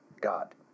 God